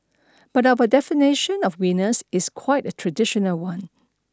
but our definition of winners is quite a traditional one